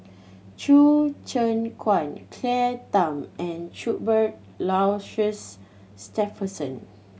Choo Keng Kwang Claire Tham and Cuthbert Aloysius Shepherdson